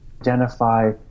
identify